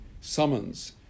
summons